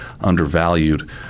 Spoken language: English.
undervalued